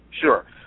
Sure